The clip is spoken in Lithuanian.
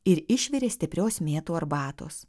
ir išvirė stiprios mėtų arbatos